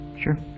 sure